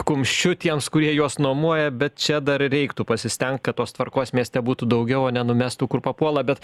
kumščiu tiems kurie juos nuomoja bet čia dar reiktų pasistengt kad tos tvarkos mieste būtų daugiau nenumestų kur papuola bet